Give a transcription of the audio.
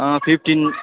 अँ फिफ्टिन